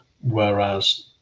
whereas